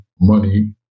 money